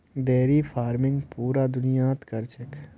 dairy farming पूरा दुनियात क र छेक